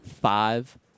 five